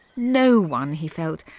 no one, he felt,